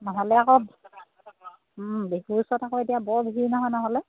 নহ'লে আকৌ বিহু ওচৰত আকৌ এতিয়া বৰ ভিৰ নহয় নহ'লে